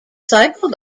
cycle